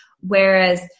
Whereas